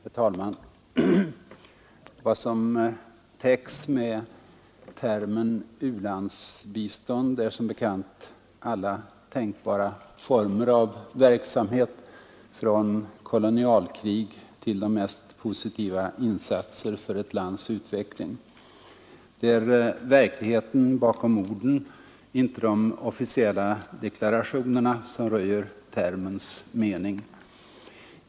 Herr talman! Vad som täcks med termen ”u-landsbistånd” är som bekant alla tänkbara former av verksamhet, från kolonialkrig till de mest positiva insatser för ett lands utveckling. Det är verkligheten bakom orden, inte de officiella deklarationerna som röjer termens mening.